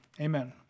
Amen